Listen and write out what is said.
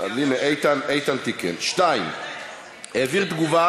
אז הנה, איתן תיקן, 2. העביר תגובה